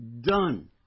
done